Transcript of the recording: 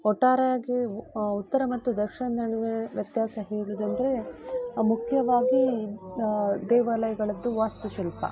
ಒಟ್ಟಾರೆಯಾಗಿ ಉತ್ತರ ಮತ್ತು ದಕ್ಷಿಣ ನಡುವೆ ವ್ಯತ್ಯಾಸ ಹೇಳುದಂದರೆ ಮುಖ್ಯವಾಗಿ ದೇವಾಲಯಗಳದ್ದು ವಾಸ್ತುಶಿಲ್ಪ